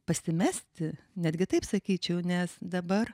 pasimesti netgi taip sakyčiau nes dabar